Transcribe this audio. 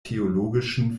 theologischen